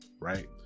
Right